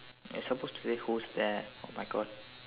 it's supposed to be who's there oh-my-God